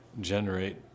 generate